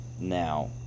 now